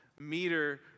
meter